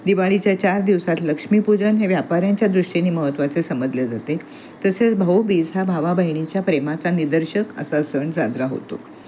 दिवाळीच्या चार दिवसात लक्ष्मीपूजन हे व्यापाऱ्यांच्या दृष्टीने महत्त्वाचे समजले जाते तसेच भाऊबीज हा भावा बहिणीच्या प्रेमाचा निदर्शक असा सण साजरा होतो